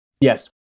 Yes